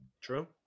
True